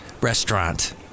restaurant